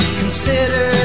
consider